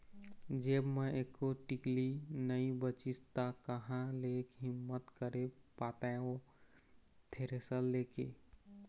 जेब म एको टिकली नइ बचिस ता काँहा ले हिम्मत करे पातेंव थेरेसर ले के